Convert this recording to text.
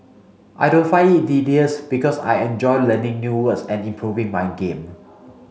I don't find it tedious because I enjoy learning new words and improving my game